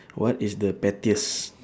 what is the pettiest